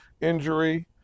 injury